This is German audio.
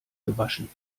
gewaschen